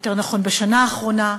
יותר נכון בשנה האחרונה,